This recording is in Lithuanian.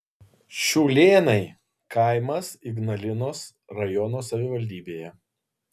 šiūlėnai kaimas ignalinos rajono savivaldybėje